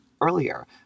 earlier